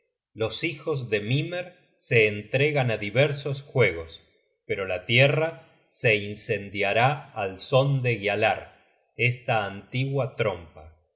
los hijos de mimer se entregan á diversos juegos pero la tierra se incendiará al son de gialar esta antigua trompa